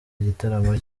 igitaramo